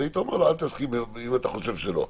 אז היית אומר לו: אל תסכים אם אתה חושב שלא.